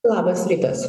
labas rytas